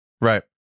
Right